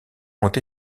ont